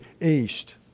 East